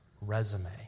resume